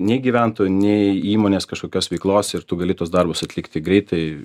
nei gyventojų nei įmonės kažkokios veiklos ir tu gali tuos darbus atlikti greitai